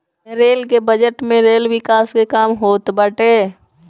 rail के budget में rail विकास के काम होत बाटे